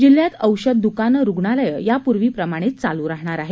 जिल्ह्यात औषध द्कानं रुग्णालयं पूर्वी प्रमाणेच चाल् राहणार आहेत